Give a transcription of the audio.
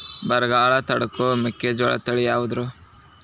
ಬರಗಾಲ ತಡಕೋ ಮೆಕ್ಕಿಜೋಳ ತಳಿಯಾವುದ್ರೇ?